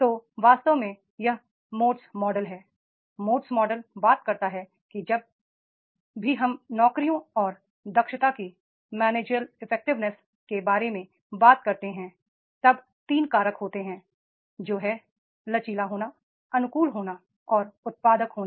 तो वास्तव में यह मोट मॉडल है मोट मॉडल बात करता है कि जब भी हम नौकरियों और दक्षता की मैनेजमेंट इफेक्टिवेनेस के बारे में बात करते हैं तब 3 कारक होते हैं जो हैं लचीला होना अनुकूल होना और उत्पादक होना